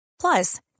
Plus